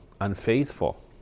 unfaithful